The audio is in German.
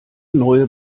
neue